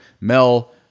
Mel